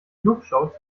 flugshow